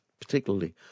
particularly